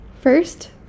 first